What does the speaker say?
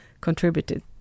contributed